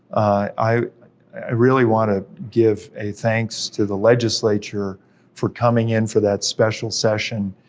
i i really want to give a thanks to the legislature for coming in for that special session,